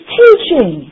teaching